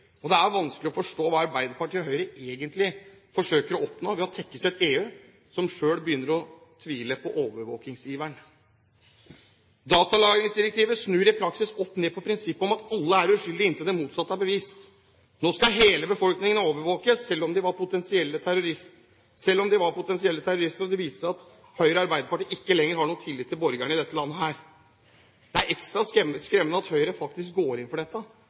EU. Det er vanskelig å forstå hva Arbeiderpartiet og Høyre egentlig forsøker å oppnå ved å tekkes et EU som selv begynner å tvile på overvåkningsiveren. Datalagringsdirektivet snur i praksis opp ned på prinsippet om at alle er uskyldige inntil det motsatte er bevist. Nå skal hele befolkningen overvåkes som om de var potensielle terrorister. Det viser at Høyre og Arbeiderpartiet ikke lenger har noen tillit til borgerne i dette landet. Det er ekstra skremmende at Høyre faktisk går inn for dette,